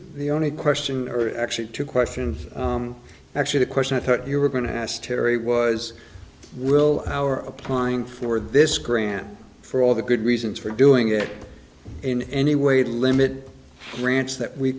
the only question earlier actually two questions actually the question i thought you were going to ask terry was will our applying for this grant for all the good reasons for doing it in any way limited grants that we